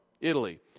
Italy